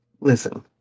Listen